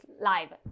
live